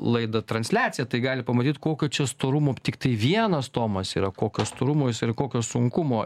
laidą transliaciją tai gali pamatyt kokio čia storumo tiktai vienas tomas yra kokio storumo jis ir kokio sunkumo